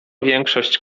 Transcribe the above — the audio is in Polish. większość